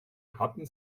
hatten